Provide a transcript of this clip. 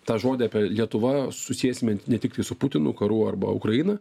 tą žodį apie lietuva susiesime ne tik tai su putinu karu arba ukraina